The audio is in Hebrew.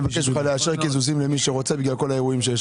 אני מבקש ממך לאשר קיזוזים למי שרוצה להתקזז בגלל כל האירועים.